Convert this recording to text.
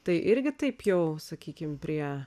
tai irgi taip jau sakykim prie